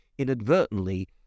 inadvertently